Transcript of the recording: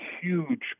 huge